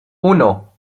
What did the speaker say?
uno